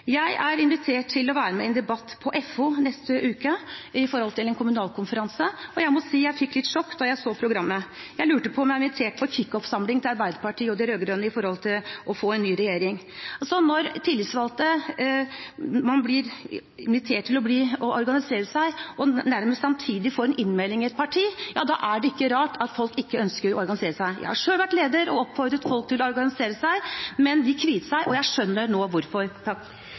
Jeg er invitert til å være med i en debatt på FOs kommunalkonferanse neste uke, og jeg må si jeg fikk litt sjokk da jeg så programmet. Jeg lurte på om jeg var invitert til en kick-off-samling til Arbeiderpartiet og de rød-grønne for å få en ny regjering. Når man blir invitert til å organisere seg og nærmest samtidig får en innmelding i et parti, er det ikke rart at folk ikke ønsker å organisere seg. Jeg har selv vært leder og oppfordret folk til å organisere seg, men de kviet seg. Nå skjønner jeg hvorfor.